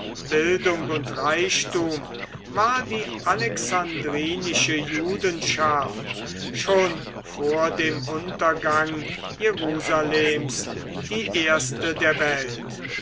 bildung und reichtum war die alexandrinische judenschaft schon vor dem untergang jerusalems die erste der welt